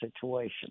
situation